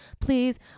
please